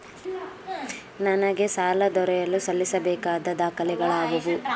ನನಗೆ ಸಾಲ ದೊರೆಯಲು ಸಲ್ಲಿಸಬೇಕಾದ ದಾಖಲೆಗಳಾವವು?